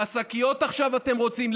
השקיות עכשיו אתם רוצים,